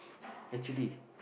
actually